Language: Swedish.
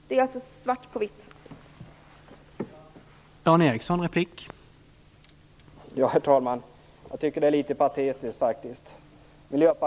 Det finns svart på vitt på detta.